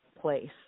place